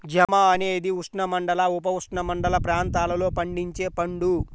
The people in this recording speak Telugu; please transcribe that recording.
జామ అనేది ఉష్ణమండల, ఉపఉష్ణమండల ప్రాంతాలలో పండించే పండు